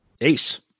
Ace